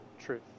truth